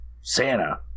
Santa